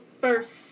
first